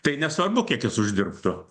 tai nesvarbu kiek jis uždirbtų